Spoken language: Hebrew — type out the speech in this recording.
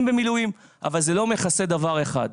במילואים אבל זה לא מכסה דבר אחד.